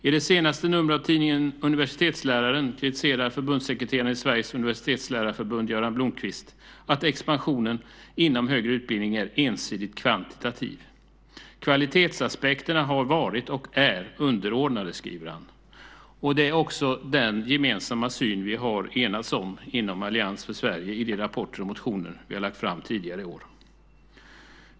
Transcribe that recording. I det senaste numret av tidningen Universitetsläraren kritiserar förbundssekreteraren i Sveriges Universitetslärarförbund Göran Blomqvist att expansionen inom högre utbildning är ensidigt kvantitativ. "Kvalitetsaspekterna har varit - och är - underordnade", skriver han. Det är också den gemensamma syn vi har enats om inom Allians för Sverige i de rapporter och motioner vi har lagt fram tidigare i år.